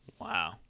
Wow